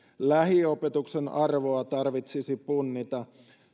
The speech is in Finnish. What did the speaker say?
lähiopetuksen arvoa tarvitsisi punnita